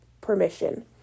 permission